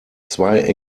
zwei